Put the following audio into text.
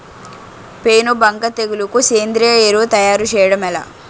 పేను బంక తెగులుకు సేంద్రీయ ఎరువు తయారు చేయడం ఎలా?